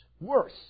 Worse